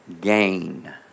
gain